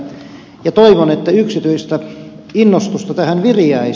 toivon että yksityistä innostusta tähän viriäisi